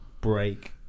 break